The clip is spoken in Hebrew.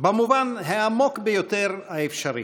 במובן העמוק ביותר האפשרי.